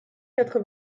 quatre